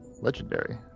legendary